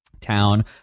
town